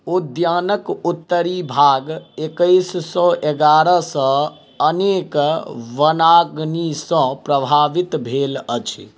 उद्यानके उत्तरी भाग एकैस सए एगारह सँ अनेक वनाग्निसँ प्रभावित भेल अछि